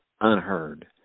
unheard